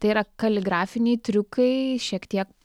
tai yra kaligrafiniai triukai šiek tiek